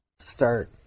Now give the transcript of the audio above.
start